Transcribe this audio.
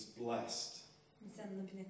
blessed